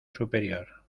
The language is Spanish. superior